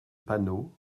panot